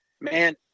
man